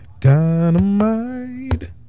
Dynamite